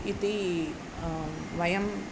इति वयम्